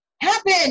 happen